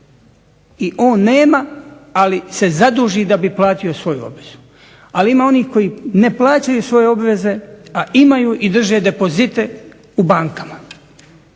on nema ali se zaduži da bi platio svoju obvezu. ali ima onih koji ne plaćaju svoje obveze, a imaju i drže depozite u bankama,